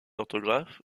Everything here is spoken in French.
orthographe